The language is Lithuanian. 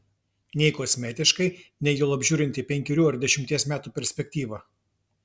nei kosmetiškai nei juolab žiūrint į penkerių ar dešimties metų perspektyvą